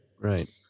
Right